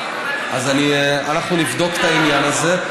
אז אנחנו נבדוק את העניין הזה.